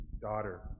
daughter